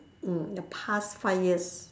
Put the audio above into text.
mm the past five years